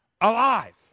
alive